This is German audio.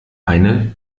eine